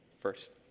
first